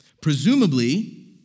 Presumably